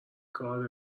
کار